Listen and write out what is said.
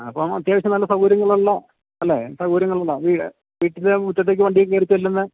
ആ അപ്പോള് അത്യാവശ്യം നല്ല സൗകര്യങ്ങളുള്ള അല്ലേ സൗകര്യങ്ങളുള്ള വീട് വീട്ടിൻ്റെ മുറ്റത്തേക്കു വണ്ടിയും കയറിച്ചെല്ലുന്ന